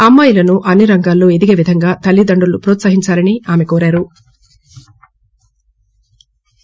అమ్మాయిలను అన్ని రంగాలలో ఎదిగే విధంగా తల్లిదండ్రులు ప్రోత్సహించాలని కోరారు